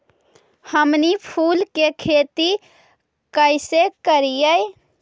हमनी फूल के खेती काएसे करियय?